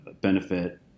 benefit